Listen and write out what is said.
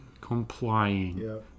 complying